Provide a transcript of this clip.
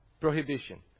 prohibition